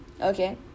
okay